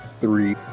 three